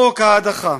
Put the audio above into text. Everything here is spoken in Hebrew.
חוק ההדחה.